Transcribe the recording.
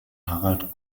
harald